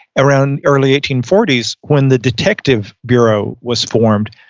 around early eighteen forty s, when the detective bureau was formed,